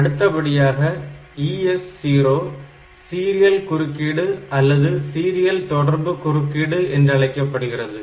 அடுத்தபடியாக ES0 serial குறுக்கீடு அல்லது சீரியல் தொடர்பு குறுக்கீடு என்றழைக்கப்படுகிறது